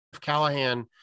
Callahan